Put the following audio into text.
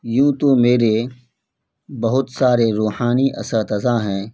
یوں تو میرے بہت سارے روحانی اساتذہ ہیں